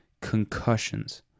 concussions